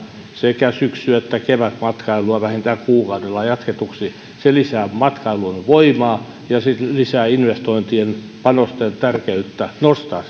sekä syksy että kevätmatkailua vähintään kuukaudella jatketuksi se lisää matkailun voimaa ja se lisää investointien panosta ja tärkeyttä nostaa